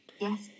yes